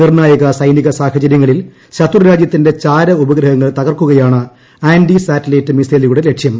നിർണ്ണായക സൈനിക സാഹചര്യങ്ങളിൽ ശത്രുരാജ്യത്തിന്റെ ചാര ഉപഗ്രഹങ്ങൾ തകർക്കുകയാണ് ആന്റി സാറ്റലൈറ്റ് മിസൈലു കളുടെ ലക്ഷ്യം